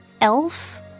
Elf